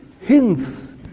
hints